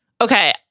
Okay